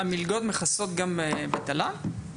המלגות מכסות גם תל"ן?